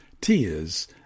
tears